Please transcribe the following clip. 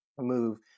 move